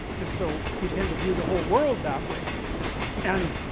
and so we tend to view the whole world that way and,